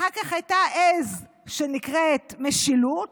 אחר כך הייתה עז שנקראת משילות.